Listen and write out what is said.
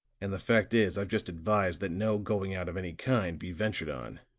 and the fact is, i've just advised that no going out of any kind be ventured on.